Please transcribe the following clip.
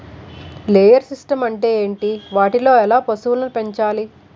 Layer systems అంటే ఏంటి? వాటిలో ఎలా పశువులను పెంచాలి?